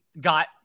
got –